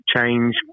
change